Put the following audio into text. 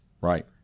Right